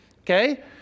Okay